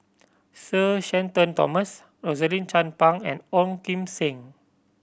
Sir Shenton Thomas Rosaline Chan Pang and Ong Kim Seng